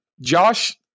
Josh